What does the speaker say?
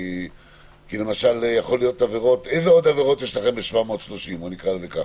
איזה עוד עבירות יש לכם ב-730 שקלים?